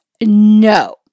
no